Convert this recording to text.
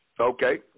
Okay